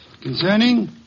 Concerning